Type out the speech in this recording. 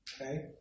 Okay